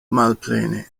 malplene